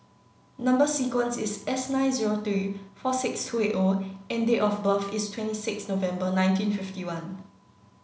number sequence is S nine zero three four six two eight O and date of birth is twenty six November nineteen fifty one